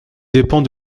dépend